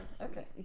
Okay